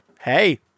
hey